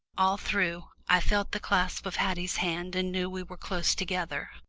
all through, i felt the clasp of haddie's hand and knew we were close together.